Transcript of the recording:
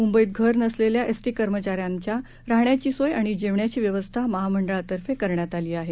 मुंबईत घर नसलेल्या एसटी कर्मचाऱ्यांच्या राहण्याची आणि जेवणाची व्यवस्था महामंडळातर्फे करण्यात आली आहे